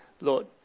Lord